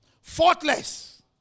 Faultless